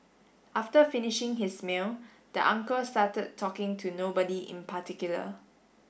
after finishing his meal the uncle started talking to nobody in particular